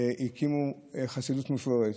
הקימו חסידות מפוארת,